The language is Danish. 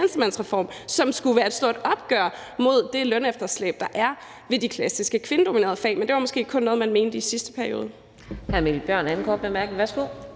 skulle være et stort opgør med det lønefterslæb, der er ved de klassiske kvindedominerede fag. Men det var måske kun noget, man mente i sidste periode?